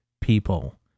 people